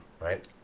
right